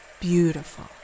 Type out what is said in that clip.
beautiful